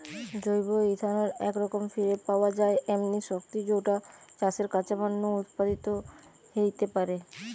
জৈব ইথানল একরকম ফিরে পাওয়া যায় এমনি শক্তি যৌটা চাষের কাঁচামাল নু উৎপাদিত হেইতে পারে